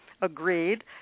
agreed